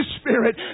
Spirit